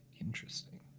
Interesting